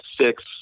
six